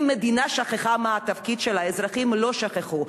אם המדינה שכחה מה התפקיד שלה, האזרחים לא שכחו.